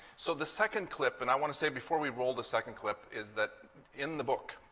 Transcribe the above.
so the second clip, and i want to say before we roll the second clip, is that in the book,